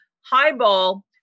highball